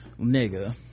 Nigga